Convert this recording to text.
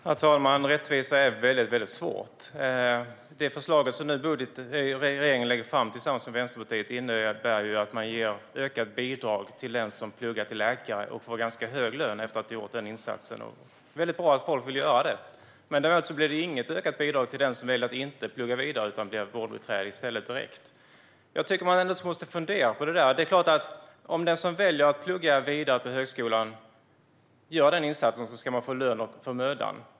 Herr talman! Rättvisa är väldigt svårt. Det förslag som regeringen nu lägger fram tillsammans med Vänsterpartiet innebär att man ger ökat bidrag till den som pluggar till läkare och får en ganska hög lön efter att ha gjort den insatsen. Det är väldigt bra att människor vill göra det. Däremot blir det inget ökat bidrag till den som väljer att inte plugga vidare utan i stället blir vårdbiträde direkt. Man måste ändå fundera på det. Den som väljer att plugga vidare på högskolan och gör den insatsen ska få lön för mödan.